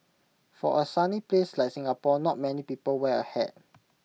for A sunny place like Singapore not many people wear A hat